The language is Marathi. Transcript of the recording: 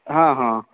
हां हां